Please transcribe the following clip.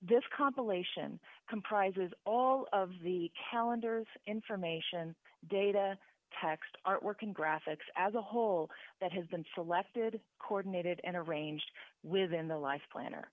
this compilation comprises all of the calendars information data text artwork and graphics as a whole that has been selected coordinated in a range within the life plan